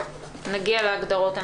נגיע להגדרות.